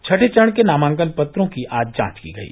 छठे चरण के नामांकन पत्रों की आज जांच की गयी